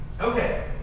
Okay